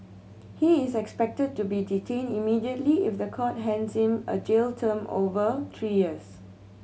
he is expected to be detained immediately if the court hands him a jail term over three years